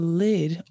lid